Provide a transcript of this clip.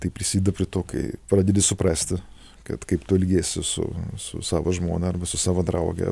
tai prisideda prie to kai pradedi suprasti kad kaip tu elgiesi su su savo žmona arba su savo drauge